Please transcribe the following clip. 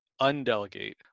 undelegate